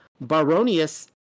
Baronius